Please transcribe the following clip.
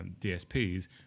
DSPs